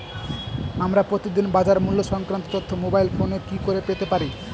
আমরা প্রতিদিন বাজার মূল্য সংক্রান্ত তথ্য মোবাইল ফোনে কি করে পেতে পারি?